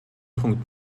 punkt